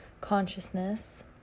consciousness